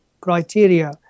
criteria